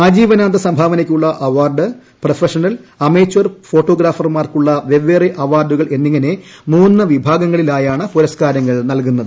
ആജീവനാന്ത സംഭാവനയ്ക്കുള്ള award professional amateur ഫോട്ടോഗ്രഫർമാർക്കുള്ള വെപ്പേറെ അവാർഡുകൾ എന്നിങ്ങനെ മൂന്നു വിഭാഗങ്ങളിലായാണ് പുരസ്ക്കാരങ്ങൾ നൽകുന്നത്